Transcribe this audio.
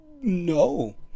no